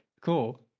Cool